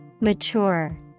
Mature